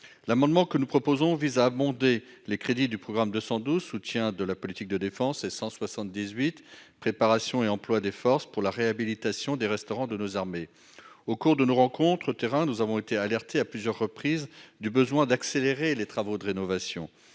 L'amendement que nous proposons vise à abonder les crédits du programme 212, « Soutien de la politique de la défense », et 178, « Préparation et emploi des forces », afin de réhabiliter les restaurants de nos armées. Au cours de nos rencontres de terrain, nous avons été alertés à plusieurs reprises sur le besoin d'accélérer les travaux de rénovation.